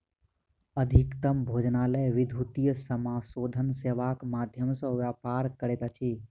अधिकतम भोजनालय विद्युतीय समाशोधन सेवाक माध्यम सॅ व्यापार करैत अछि